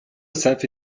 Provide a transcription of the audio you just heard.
herself